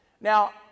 Now